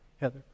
Heather